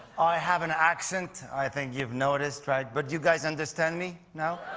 i have an accent, i think you've noticed, right, but you guys understand me now?